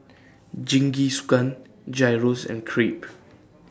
Jingisukan Gyros and Crepe